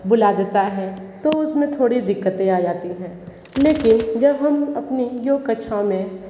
बुला देता है तो उसमें थोड़ी दिक्कतें आ जाती हैं लेकिन जब हम अपनी योग कक्षाओं में